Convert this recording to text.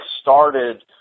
started